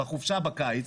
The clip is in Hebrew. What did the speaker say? בחופשה בקיץ,